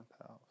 house